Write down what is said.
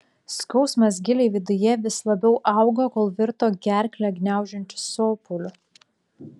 skausmas giliai viduje vis labiau augo kol virto gerklę gniaužiančiu sopuliu